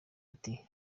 ati